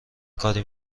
کاری